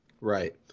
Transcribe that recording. right